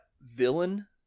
villain